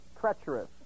treacherous